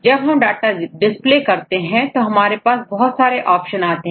जब हम data display करते हैं तो हमारे पास बहुत सारे ऑप्शन आते हैं